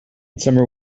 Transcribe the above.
summer